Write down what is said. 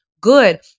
good